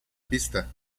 pista